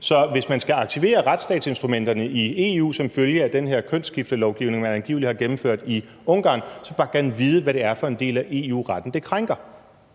Så hvis man skal aktivere retsstatsinstrumenterne i EU som følge af den her kønsskiftelovgivning, som man angiveligt har gennemført i Ungarn, vil jeg bare godt vide, hvad det er for en del af EU-retten, det krænker.